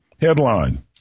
Headline